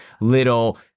little